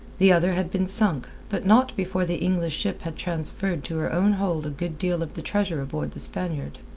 the other had been sunk, but not before the english ship had transferred to her own hold a good deal of the treasure aboard the spaniard.